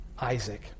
Isaac